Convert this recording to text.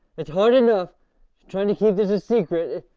it's hard enough trying to keep this a secret,